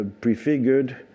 prefigured